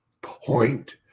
point